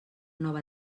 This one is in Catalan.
nova